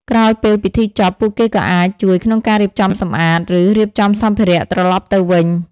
ក្រោយពេលពិធីចប់ ពួកគេក៏អាច ជួយក្នុងការរៀបចំសម្អាត ឬរៀបចំសម្ភារៈត្រឡប់ទៅវិញ។